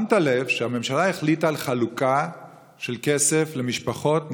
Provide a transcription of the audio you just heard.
שמת לב שהממשלה החליטה על חלוקה של כסף למשפחות,